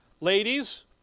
Ladies